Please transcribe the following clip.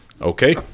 Okay